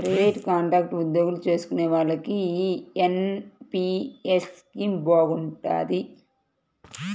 private, contract ఉద్యోగాలు చేసుకునే వాళ్లకి యీ ఎన్.పి.యస్ స్కీమ్ బాగుంటది